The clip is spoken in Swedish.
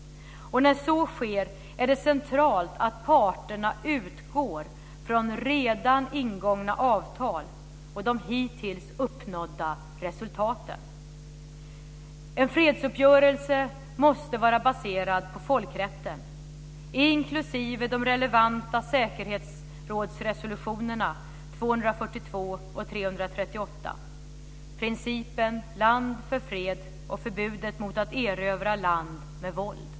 När så sker är det centralt att parterna utgår från redan ingångna avtal och de hittills uppnådda resultaten. En fredsuppgörelse måste vara baserad på folkrätten, inklusive de relevanta säkerhetsrådsresolutionerna 242 och 338, principen land för fred och förbudet mot att erövra land med våld.